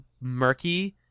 murky